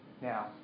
Now